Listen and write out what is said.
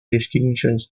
distinctions